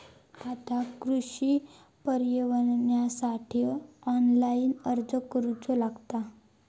आता कृषीपरवान्यासाठी ऑनलाइन अर्ज करूचो लागता